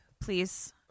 please